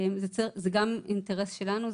זה גם אינטרס שלנו.